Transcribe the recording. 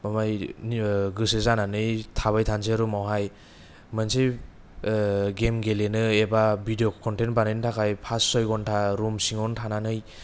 माबायो गोसो जानानै थाबाय थानोसै रुमावहाय मोनसे गेम गेलेनो एबा भिदिअ कन्तेन्त बानायनो थाखाय पाच सय घन्टा रुम सिङांवनो थानानै